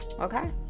Okay